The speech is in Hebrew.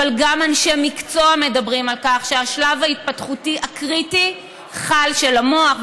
גם אנשי מקצוע מדברים על כך שהשלב ההתפתחותי הקריטי של המוח,